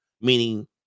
meaning